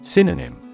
Synonym